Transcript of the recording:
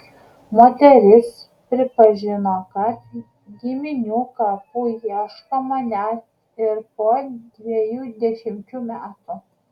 moteris pripažino kad giminių kapų ieškoma net ir po dviejų dešimčių metų